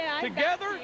together